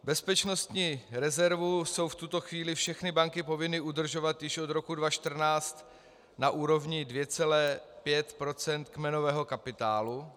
Bezpečnostní rezervu jsou v tuto chvíli všechny banky povinny udržovat již od roku 2014 na úrovni 2,5 % kmenového kapitálu.